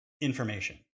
information